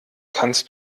kannst